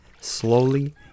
slowly